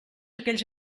aquells